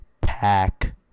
Pack